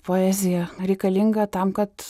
poezija reikalinga tam kad